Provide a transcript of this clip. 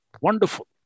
wonderful